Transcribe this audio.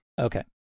Okay